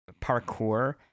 parkour